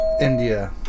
India